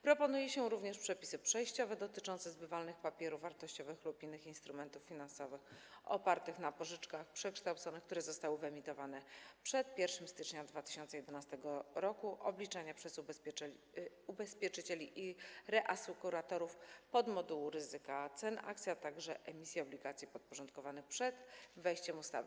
Proponuje się również przepisy przejściowe dotyczące zbywalnych papierów wartościowych lub innych instrumentów finansowych opartych na pożyczkach przekształconych, które zostały wyemitowane przed 1 stycznia 2011 r., obliczania przez ubezpieczycieli i reasekuratorów podmodułu ryzyka cen akcji, a także emisji obligacji podporządkowanych przed wejściem w życie ustawy.